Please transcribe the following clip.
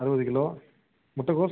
அறுபது கிலோ முட்டைகோஸ்